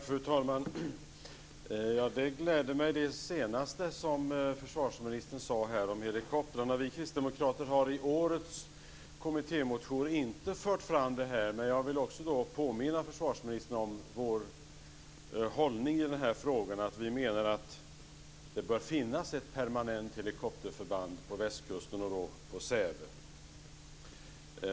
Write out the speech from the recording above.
Fru talman! Det senaste som försvarsministern sade om helikoptrarna gläder mig. Vi kristdemokrater har i årets kommittémotion inte fört fram det här, men jag vill påminna försvarsministern om vår hållning i dessa frågor. Vi menar att det bör finnas ett permanent helikopterförband på västkusten, i Säve.